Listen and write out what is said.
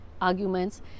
arguments